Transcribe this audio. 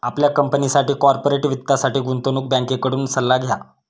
आपल्या कंपनीसाठी कॉर्पोरेट वित्तासाठी गुंतवणूक बँकेकडून सल्ला घ्या